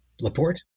Laporte